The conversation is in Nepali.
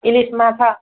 इलिस माछा